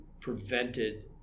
prevented